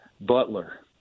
Butler